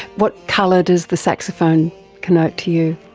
what colour does the saxophone connote to you?